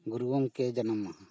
ᱜᱩᱨᱩ ᱜᱚᱢᱠᱮ ᱡᱟᱱᱟᱢ ᱢᱟᱦᱟ